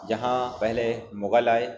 جہاں پہلے مغل آئے